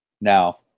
Now